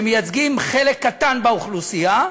שמייצגים חלק קטן באוכלוסייה,